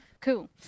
Cool